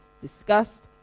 discussed